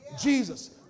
Jesus